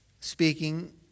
speaking